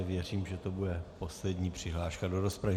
Věřím, že to bude poslední přihláška do rozpravy.